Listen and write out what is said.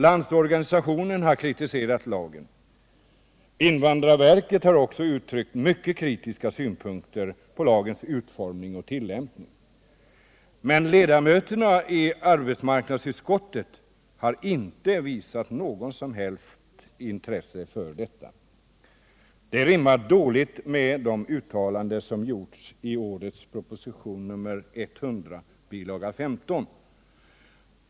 Landsorganisationen har kritiserat lagen, och även invandrarverket har framfört mycket kritiska synpunkter på lagens utformning och tillämpning. Men ledamöterna i arbetsmarknadsutskottet har inte visat något intresse för detta. Detta rimmar dåligt med de uttalanden som gjorts i årets propositionen nr 100 bil. 15.